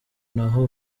naho